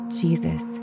Jesus